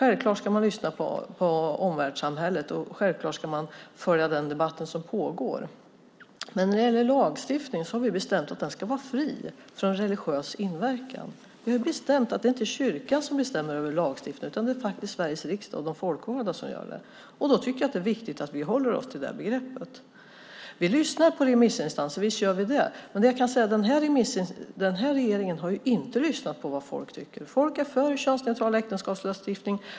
Man ska självfallet lyssna på omvärldssamhället och följa den debatt som pågår. Men vi har bestämt att lagstiftningen ska vara fri från religiös inverkan. Det är inte kyrkan som bestämmer över lagstiftningen, utan det är faktiskt Sveriges riksdag och de folkvalda som gör det. Jag tycker att det är viktigt att vi håller oss till det begreppet. Visst lyssnar vi på remissinstanser, men den här regeringen har inte lyssnat på vad folk tycker. Folk är för en könsneutral äktenskapslagstiftning.